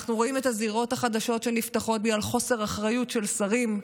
אנחנו רואים את הזירות החדשות שנפתחות בגלל חוסר אחריות של שרים,